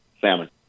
salmon